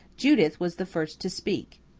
judith was the first to speak.